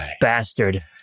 bastard